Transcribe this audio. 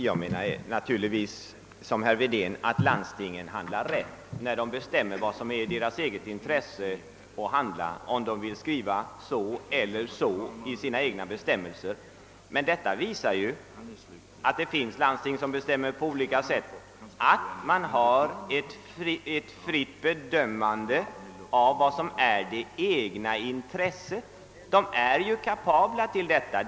Herr talman! Jag anser liksom herr Wedén att landstingen «naturligtvis handlar rätt, när de avgör vad som är i deras eget intresse att handla — om de vill skriva så eller så i sina egna bestämmelser. Att det finns landsting som bestämmer på olika sätt visar ju att man har ett fritt bedömande av vad som ligger i eget intresse. Landstingen är kapabla härtill.